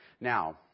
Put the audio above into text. Now